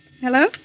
Hello